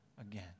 again